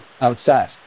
outside